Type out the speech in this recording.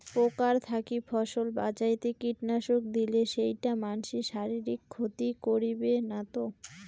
পোকার থাকি ফসল বাঁচাইতে কীটনাশক দিলে সেইটা মানসির শারীরিক ক্ষতি করিবে না তো?